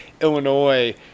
illinois